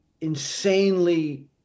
insanely